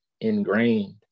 ingrained